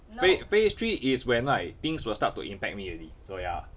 pha~ phase three is when right things will start to impact me already so ya